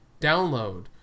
download